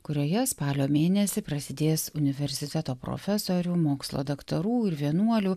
kurioje spalio mėnesį prasidės universiteto profesorių mokslo daktarų ir vienuolių